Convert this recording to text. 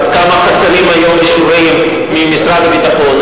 עד כמה חסרים היום אישורים ממשרד הביטחון,